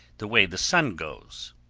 the way the sun goes.